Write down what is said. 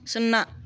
సున్నా